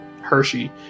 Hershey